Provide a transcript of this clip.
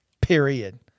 period